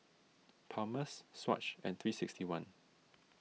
Palmer's Swatch and three sixty one